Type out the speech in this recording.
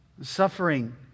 Suffering